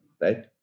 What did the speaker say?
right